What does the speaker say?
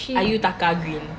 ayutaka green